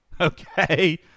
Okay